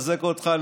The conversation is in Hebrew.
רוצה לחזק אותך,